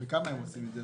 זה עולה בין